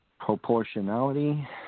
proportionality